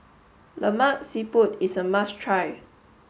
Lemak Siput is a must try